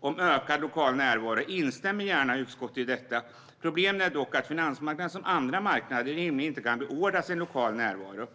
om ökad lokal närvaro instämmer utskottet gärna i det som anförs. Problemet är dock att finansmarknaden som andra marknader rimligen inte kan beordras en ökad lokal närvaro.